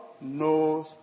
knows